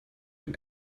dem